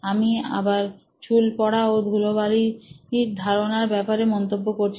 আমি আবার চুল পড়া ও ধুলাবালির ধারণার ব্যপারে মন্তব্য করছি